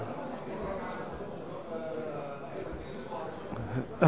שכחתי להגיד את זה: אפשר לסייג את זה